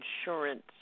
insurance